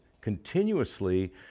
continuously